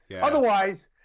Otherwise